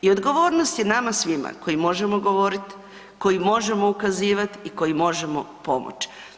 I odgovornost je nama svima koji možemo govoriti, koji možemo ukazivati i koji možemo pomoći.